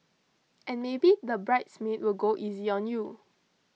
and maybe the bridesmaid will go easy on you